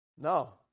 No